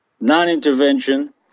non-intervention